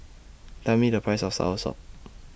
Tell Me The Price of Soursop